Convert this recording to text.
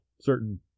certain